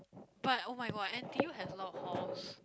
but [oh]-my-god N_T_U has a lot of halls